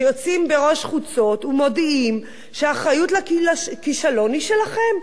שיוצאים בראש חוצות ומודיעים שהאחריות לכישלון היא שלכם,